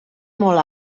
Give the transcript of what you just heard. molt